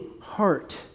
heart